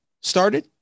started